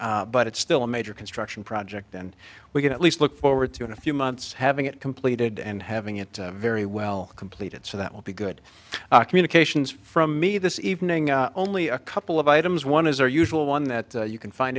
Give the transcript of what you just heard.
smoothly but it's still a major construction project and we can at least look forward to in a few months having it completed and having it very well completed so that will be good communications from me this evening only a couple of items one is our usual one that you can find